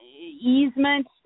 easement